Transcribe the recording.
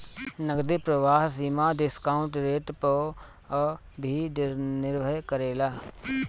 नगदी प्रवाह सीमा डिस्काउंट रेट पअ भी निर्भर करेला